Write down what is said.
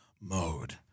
mode